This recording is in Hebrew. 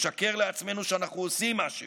לשקר לעצמנו שאנחנו עושים משהו.